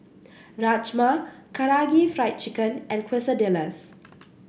Rajma Karaage Fried Chicken and Quesadillas